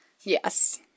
Yes